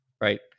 right